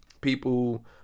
people